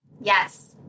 Yes